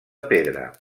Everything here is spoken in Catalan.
pedra